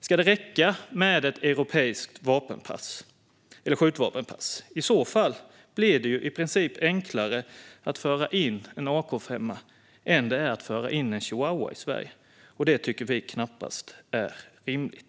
Ska det räcka med ett europeiskt skjutvapenpass? I så fall blir det i princip enklare att föra in en AK 5:a än att föra in en chihuahua i Sverige. Det tycker vi knappast är rimligt.